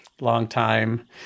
longtime